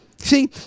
See